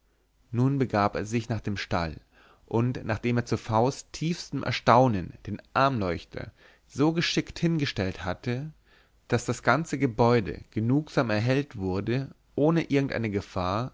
nun begab er sich nach dem stall und nachdem er zu v s tiefem erstaunen den armleuchter so geschickt hingestellt hatte daß das ganze gebäude genugsam erhellt wurde ohne irgendeine gefahr